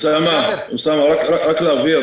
רק להבהיר